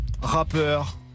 rappeur